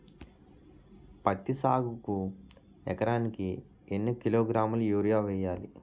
పత్తి సాగుకు ఎకరానికి ఎన్నికిలోగ్రాములా యూరియా వెయ్యాలి?